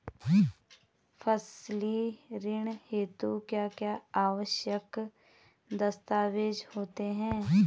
फसली ऋण हेतु क्या क्या आवश्यक दस्तावेज़ होते हैं?